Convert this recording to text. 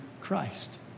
Christ